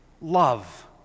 love